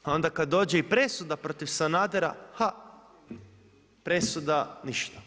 Onda kada dođe i presuda protiv Sanadera, ha presuda ništa.